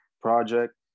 project